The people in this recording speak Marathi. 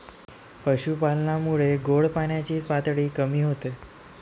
पशुपालनामुळे गोड पाण्याची पातळी कमी होते